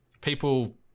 people